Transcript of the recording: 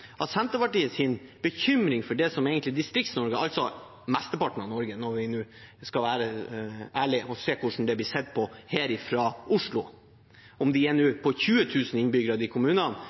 som egentlig er Distrikts-Norge, altså mesteparten av Norge, om vi skal være ærlige og si hvordan det blir sett på her fra Oslo. Om de kommunene er på 20 000 innbyggere